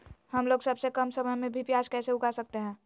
हमलोग सबसे कम समय में भी प्याज कैसे उगा सकते हैं?